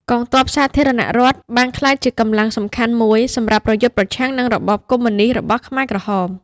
កងទ័ពសាធារណរដ្ឋបានក្លាយជាកម្លាំងសំខាន់មួយសម្រាប់ប្រយុទ្ធប្រឆាំងនឹងរបបកុម្មុយនិស្តរបស់ខ្មែរក្រហម។